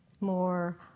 more